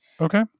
Okay